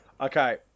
Okay